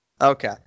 Okay